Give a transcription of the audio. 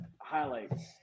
highlights